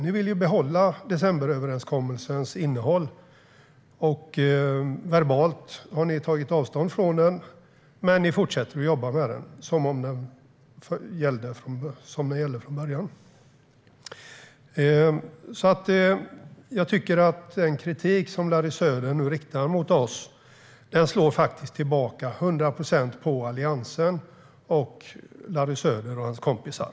Ni vill behålla decemberöverenskommelsens innehåll. Verbalt har ni tagit avstånd från den, men ni fortsätter att jobba med den som den gällde från början. Jag tycker därför att den kritik som Larry Söder nu riktar mot oss faktiskt till hundra procent slår tillbaka på Alliansen och på Larry Söder och hans kompisar.